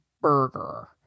burger